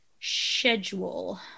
schedule